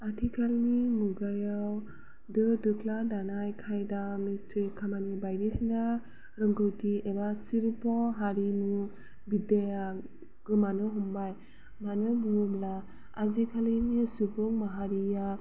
आथिखालनि मुगायाव दो दोख्ला दानाय खायदा मिस्त्रि खामानि बायदिसिना रोंगौथि एबा शिल्प' हारिमु बिद्याया गोमानो हमबाय मानो बुङोब्ला आजिखालिनि सुबुं माहारिया